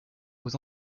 aux